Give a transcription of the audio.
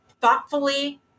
thoughtfully